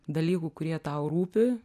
dalykų kurie tau rūpi